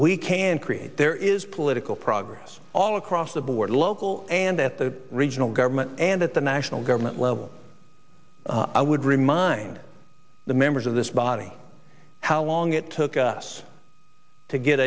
we can create there is political progress all across the board local and at the regional government and at the national government level i would remind the members of this body how long it took us to get